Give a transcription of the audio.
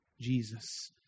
Jesus